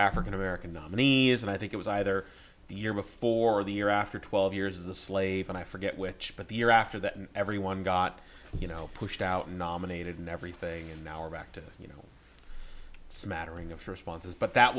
african american nominee is and i think it was either the year before the year after twelve years a slave and i forget which but the year after that everyone got you know pushed out nominated and everything and now are back to you know smattering of responses but that